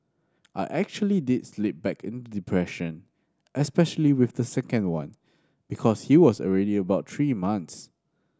I actually did slip back into depression especially with the second one because he was already about three months